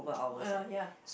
uh uh ya